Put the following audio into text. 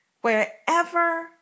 Wherever